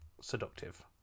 seductive